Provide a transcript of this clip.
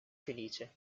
felice